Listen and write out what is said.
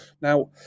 Now